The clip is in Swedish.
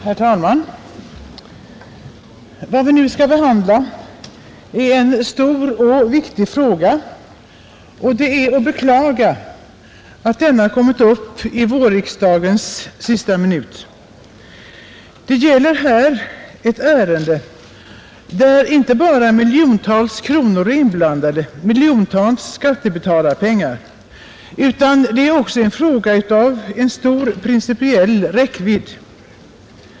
Herr talman! Vad vi nu skall behandla är en stor och viktig fråga, och det är att beklaga att den har kommit upp i vårriksdagens sista minut. Det gäller här ett ärende där inte bara miljontals kronor är inblandade, miljontals kronor av skattebetalarnas pengar, utan det är också en fråga av stor principiell räckvidd.